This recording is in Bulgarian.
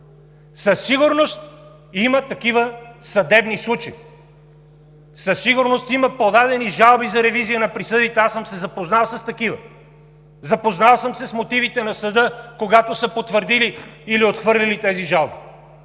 Със сигурност има такива съдебни случаи. Със сигурност има подадени жалби за ревизия на присъдите, аз съм се запознал с такива. Запознал съм се с мотивите на съда, когато са потвърдили или отхвърлили тези жалби,